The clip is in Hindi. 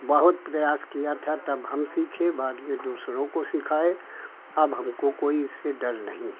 बहुत प्रयास किया था तब हम सीखे बाद में दूसरों को सिखाए अब हमको कोई इससे डर नहीं है